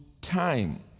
time